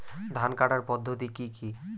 ধান কাটার পদ্ধতি কি কি?